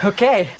Okay